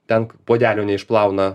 ten puodelio neišplauna